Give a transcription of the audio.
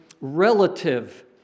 relative